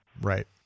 right